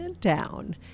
down